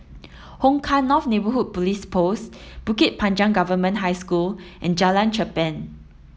Hong Kah North Neighbourhood Police Post Bukit Panjang Government High School and Jalan Cherpen